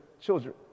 children